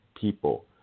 people